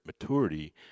maturity